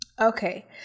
Okay